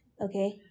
Okay